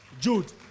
Jude